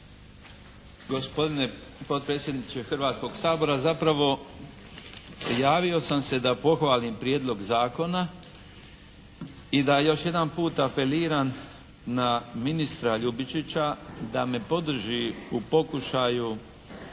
Gospodine potpredsjedniče Hrvatskog sabora! Zapravo javio sam se da pohvalim prijedlog zakona i da još jedanput apeliram na ministra Ljubičića da me podrži u pokušaju